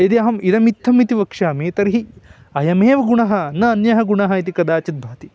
यदि अहम् इदमित्थम् इति वक्ष्यामि तर्हि अयमेव गुणः न अन्यः गुणः इति कदाचिद् भाति